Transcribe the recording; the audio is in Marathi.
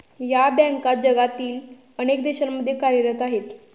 या बँका जगातील अनेक देशांमध्ये कार्यरत आहेत